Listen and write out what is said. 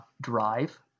drive